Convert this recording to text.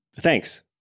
Thanks